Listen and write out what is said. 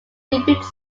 defeats